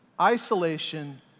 isolation